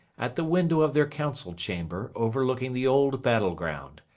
at the window of their council-chamber overlooking the old battle-ground,